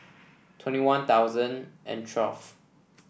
twenty One Thousand and twelve